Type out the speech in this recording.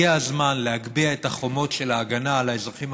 הגיע הזמן להגביה את החומות של ההגנה על האזרחים